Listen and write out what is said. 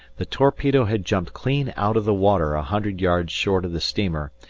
the torpedo had jumped clean out of the water a hundred yards short of the steamer,